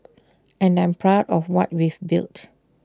and I'm proud of what we've built